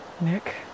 Nick